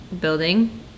building